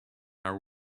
are